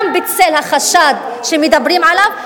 גם בצל החשד שמדברים עליו?